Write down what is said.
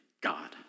God